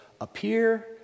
appear